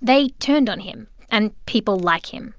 they turned on him and people like him.